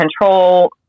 control